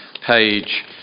page